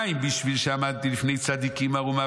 ומה אם בשביל שעמדתי לפני צדיקים ערומה